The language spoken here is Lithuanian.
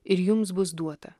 ir jums bus duota